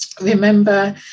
remember